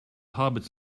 hobbits